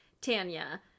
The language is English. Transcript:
Tanya